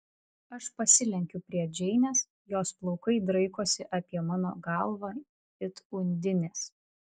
aš pasilenkiu prie džeinės jos plaukai draikosi apie mano galvą it undinės